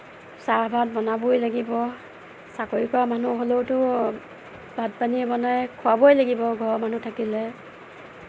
চাহ ভাত বনাবই লাগিব চাকৰি কৰা মানুহ হ'লেওটো ভাত পানী বনাই খুৱাবই লাগিব ঘৰৰ মানুহ থাকিলে